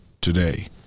today